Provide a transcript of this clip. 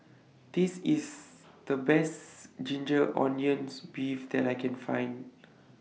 This IS The Best Ginger Onions Beef that I Can Find